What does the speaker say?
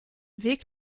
weg